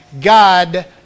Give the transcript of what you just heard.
God